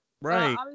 Right